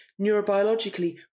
neurobiologically